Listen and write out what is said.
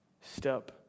step